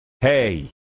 hey